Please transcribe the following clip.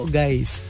guys